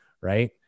Right